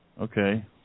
Okay